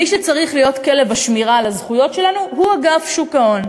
מי שצריך להיות כלב השמירה על הזכויות שלנו הוא אגף שוק ההון.